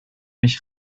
mich